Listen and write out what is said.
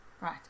Right